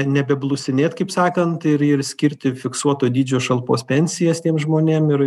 nebeblusinėt kaip sakant ir ir skirti fiksuoto dydžio šalpos pensijas tiem žmonėm ir